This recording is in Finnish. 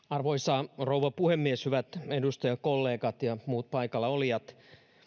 arvoisa rouva puhemies hyvät edustajakollegat ja muut paikallaolijat